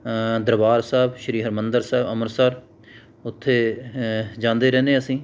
ਦਰਬਾਰ ਸਾਹਿਬ ਸ਼੍ਰੀ ਹਰਿਮੰਦਰ ਸਾਹਿਬ ਅੰਮ੍ਰਿਤਸਰ ਉੱਥੇ ਜਾਂਦੇ ਰਹਿੰਦੇ ਅਸੀਂ